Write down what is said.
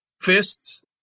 fists